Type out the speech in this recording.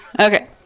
Okay